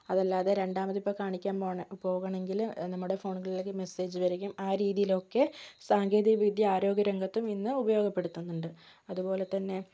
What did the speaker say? അതല്ലാതെ രണ്ടാമത് ഇപ്പം കാണിക്കാൻ പോണ പോകണമെങ്കില് നമ്മുടെ ഫോണിലേക്ക് മെസ്സേജ് വരികയും ആ രീതിയിലൊക്കെ സാങ്കേതിക വിദ്യ ആരോഗ്യ രംഗത്തും ഇന്ന് ഉപയോഗപ്പെടുത്തുന്നുണ്ട് അതുപോലെ തന്നെ